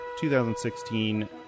2016